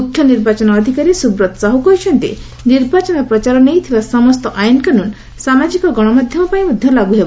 ମୁଖ୍ୟ ନିର୍ବାଚନ ଅଧିକାରୀ ସୁବ୍ରତ ସାହୁ କହିଛନ୍ତି ନିର୍ବାଚନ ପ୍ରଚାର ନେଇ ଥିବା ସମସ୍ତ ଆଇନ୍କାନୁନ ସାମାଜିକ ଗଣମାଧ୍ୟମ ପାଇଁ ମଧ୍ୟ ଲାଗୁ ହେବ